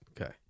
okay